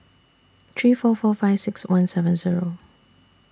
three four four five six one seven Zero